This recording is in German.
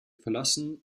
verlassen